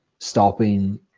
stopping